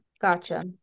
Gotcha